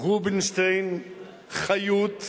רובינשטיין, חיות,